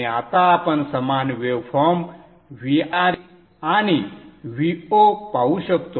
आणि आता आपण समान वेव फॉर्म Vr आणि Vo पाहू शकतो